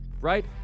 right